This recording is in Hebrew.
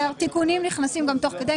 תיקונים נכנסים גם תוך כדי.